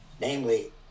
namely